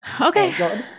Okay